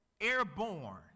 airborne